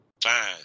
fine